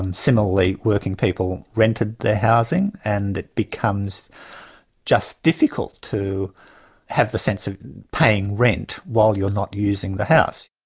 um similarly, working people rented their housing, and it becomes just difficult to have the sense of paying rent, while you're not using the house.